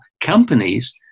companies